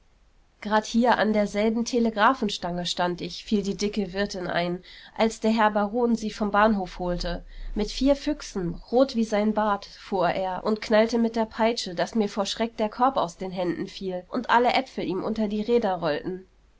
grad hier an derselben telegraphenstange stand ich fiel die dicke wirtin ein als der herr baron sie vom bahnhof holte mit vier füchsen rot wie sein bart fuhr er und knallte mit der peitsche daß mir vor schreck der korb aus den händen fiel und alle äpfel ihm unter die räder rollten